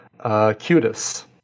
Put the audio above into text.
Cutis